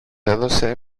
έδεσε